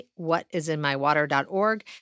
whatisinmywater.org